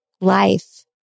life